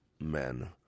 men